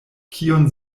kion